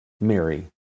Mary